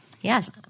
Yes